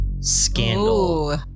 Scandal